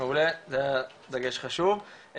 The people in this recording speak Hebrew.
זה היה דגש חשוב.